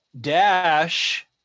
Dash